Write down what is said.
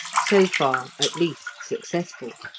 so far, at least, successful.